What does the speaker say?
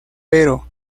pero